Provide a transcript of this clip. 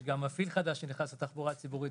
יש גם מפעיל חדש שנכנס לתחבורה הציבורית